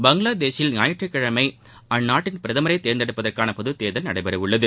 பங்களாதேசில் ஞாயிற்றுக் கிழமை அந்நாட்டின் பிரதமரை தேர்ந்தெடுப்பதற்கான பொதுத்தேர்தல் நடைபெற உள்ளது